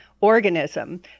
organism